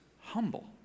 humble